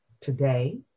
today